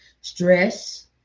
stress